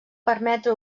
permetre